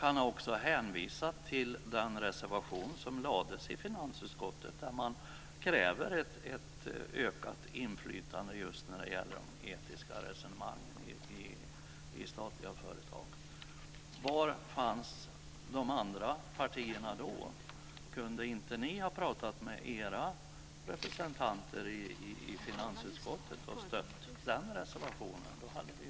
Han har också hänvisat till den reservation som lades i finansutskottet, där man kräver ett ökat inflytande just när det gäller de etiska resonemangen i statliga företag. Var fanns de andra partierna då? Kunde inte ni ha pratat med era representanter i finansutskottet och stött den reservationen? Då hade vi